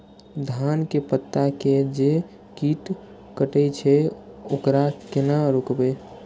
धान के पत्ता के जे कीट कटे छे वकरा केना रोकबे?